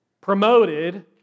promoted